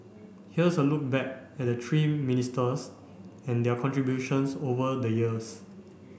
here's a look back at the three ministers and their contributions over the years